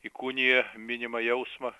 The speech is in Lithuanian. įkūnija minimą jausmą